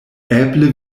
eble